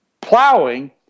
plowing